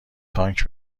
تانک